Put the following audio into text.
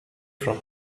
from